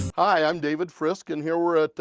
hi, i'm david frisk and here we're at,